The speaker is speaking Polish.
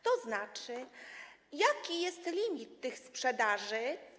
To znaczy jaki jest limit tych sprzedaży?